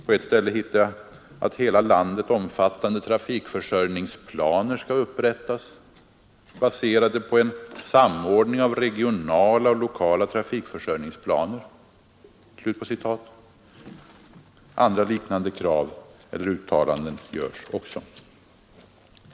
På ett ställe hittar jag följande yrkande: att hela landet omfattande trafikförsörjningsplaner skall upprättas baserade på en samordning av regionala och lokala trafikförsörjningsplaner. Andra liknande krav eller uttalanden görs också.